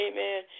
Amen